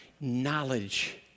knowledge